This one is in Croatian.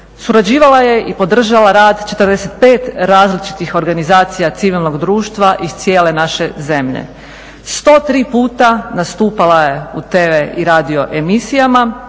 Surađivala je i podržala rad 45 različitih organizacija civilnog društva iz cijele naše zemlje. 103 puta nastupala je u TV i radio emisijama,